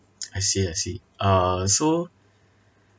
I see I see uh so